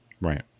Right